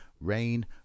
rain